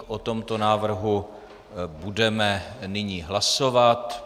O tomto návrhu budeme nyní hlasovat.